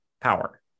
power